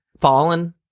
Fallen